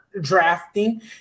drafting